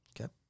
Okay